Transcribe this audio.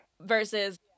Versus